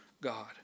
God